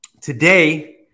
Today